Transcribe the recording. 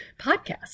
podcast